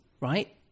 right